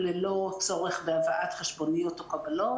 ללא צורך בהבאת חשבוניות או קבלות,